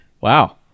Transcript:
Wow